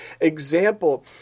example